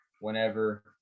whenever